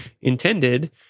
intended